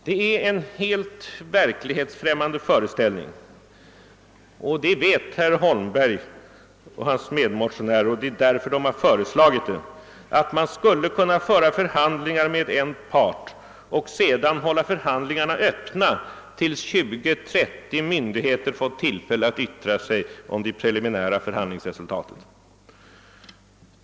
Det är en helt verklighetsfrämmande föreställning och — det vet herr Holmberg och hans medmotionärer, och det är därför han föreslår det — att man skulle kunna föra förhandlingar med en part och sedan hålla förhandlingarna öppna tills mellan 20 och 30 myndigheter fått tillfälle yttra sig om det preliminära förhandlingsresultatet.